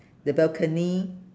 the balcony